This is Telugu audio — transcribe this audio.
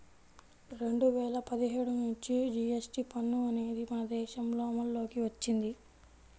రెండు వేల పదిహేడు నుంచి జీఎస్టీ పన్ను అనేది మన దేశంలో అమల్లోకి వచ్చింది